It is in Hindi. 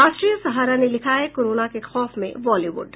राष्ट्रीय सहारा ने लिखा है कोरोना के खौफ में बॉलीबुड